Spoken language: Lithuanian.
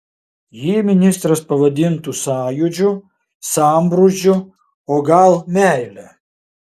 jį ministras pavadintų sąjūdžiu sambrūzdžiu o gal meile